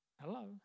Hello